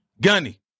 Gunny